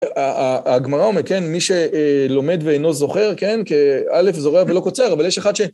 הגמרא אומר, כן? מי שלומד ואינו זוכר, כן? כי א' זורע ולא קוצר, אבל יש אחד ש...